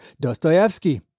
Dostoevsky